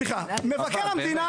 חבל, באמת.